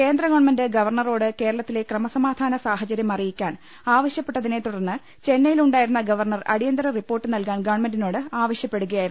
കേന്ദ്ര ഗവൺമെന്റ് ഗവർണറോട്ട് കേരളത്തിലെ ക്രമസമാ ധാന സാഹചര്യം അറിയിക്കാൻ ആവശ്യക്പെട്ടതിനെത്തുടർന്ന് ചെന്നൈയിലുണ്ടായിരുന്ന ഗവർണർ അടിയന്തര റിപ്പോർട്ട് നൽകാൻ ഗവൺമെന്റിനോട് ആവശ്യപ്പെടുകയായിരുന്നു